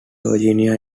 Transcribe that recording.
virginia